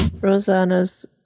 Rosanna's